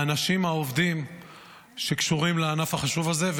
האנשים העובדים שקשורים לענף החשוב הזה.